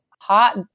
hot